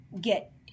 get